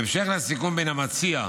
בהמשך לסיכום בין המציע,